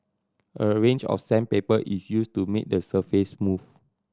a range of sandpaper is used to make the surface smooth